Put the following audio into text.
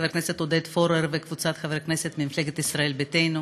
חבר הכנסת עודד פורר וקבוצת חברי הכנסת ממפלגת ישראל ביתנו.